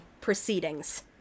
proceedings